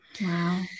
Wow